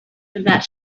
that